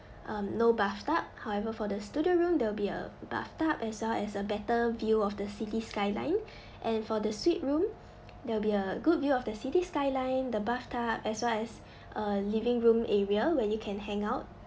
um no bathtub however for the studio room there will be a bathtub as well as a better view of the city skyline and for the suite room there will be a good view of the city skyline the bathtub as well as a living room area where you can hang out